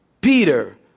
Peter